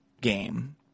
game